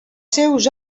seus